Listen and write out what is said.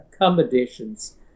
accommodations